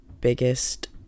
biggest